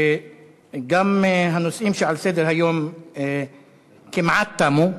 וגם הנושאים שעל סדר-היום כמעט תמו.